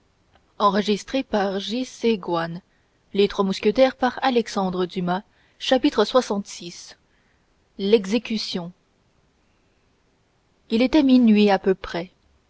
devenus eux-mêmes il était minuit à peu près